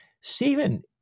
Stephen